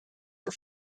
for